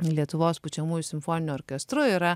lietuvos pučiamųjų simfoniniu orkestru yra